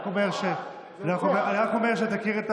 אני רק אומר כדי שתכיר,